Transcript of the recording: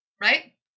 right